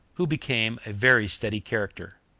who became a very steady character,